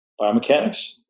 Biomechanics